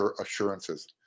assurances